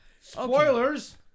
Spoilers